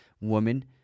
woman